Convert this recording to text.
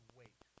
wait